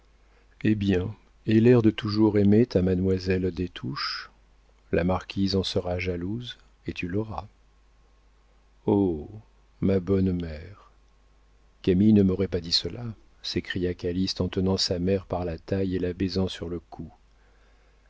eh bien aie l'air de toujours aimer ta mademoiselle des touches la marquise en sera jalouse et tu l'auras oh ma bonne mère camille ne m'aurait pas dit cela s'écria calyste en tenant sa mère par la taille et la baisant sur le cou